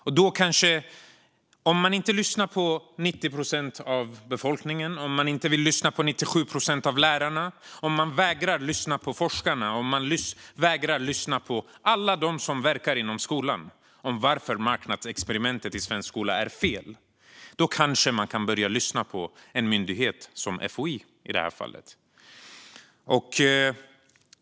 Om man inte vill lyssna på 90 procent av befolkningen och 97 procent av lärarna och om man vägrar lyssna på forskarna och alla som verkar inom skolan om varför marknadsexperimentet i svensk skola är fel, då kanske man kan börja lyssna på en myndighet som FOI.